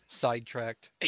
sidetracked